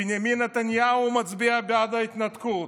בנימין נתניהו מצביע בעד ההתנתקות,